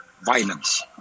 violence